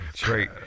great